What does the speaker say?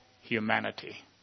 humanity